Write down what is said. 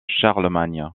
charlemagne